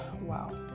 Wow